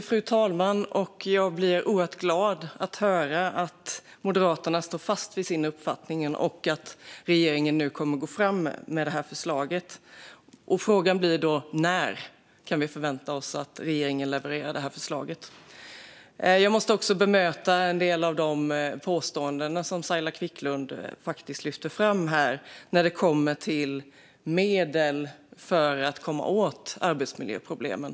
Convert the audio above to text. Fru talman! Jag blir oerhört glad att höra att Moderaterna står fast vid sin uppfattning och att regeringen nu kommer att gå fram med förslaget. Frågan blir då: När kan vi förvänta oss att regeringen levererar förslaget? Jag måste också bemöta en del av de påståenden som Saila Quicklund lyfte fram när det kommer till medel för att komma åt arbetsmiljöproblemen.